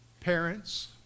parents